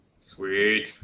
Sweet